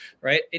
right